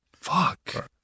Fuck